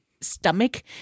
stomach